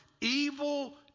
Evil